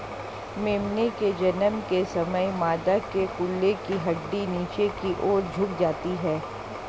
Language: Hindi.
मेमने के जन्म के समय मादा के कूल्हे की हड्डी नीचे की और झुक जाती है